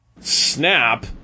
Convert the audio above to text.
snap